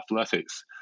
athletics